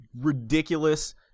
ridiculous